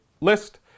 list